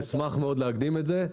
אשמח מאוד להקדים את זה.